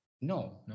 no